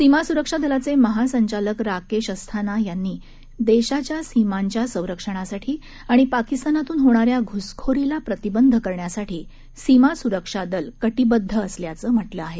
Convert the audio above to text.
सीमासुरक्षा दलाचे महासंचालक राकेश अस्थाना यांनी देशाच्या सीमांच्या संरक्षणासाठी आणि पाकिस्तानातून होणाऱ्या घुसखोरीला प्रतिबंध करण्यासाठी सीमासुरक्षा दल कटीबद्ध असल्याचं म्हटलं आहे